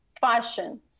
fashion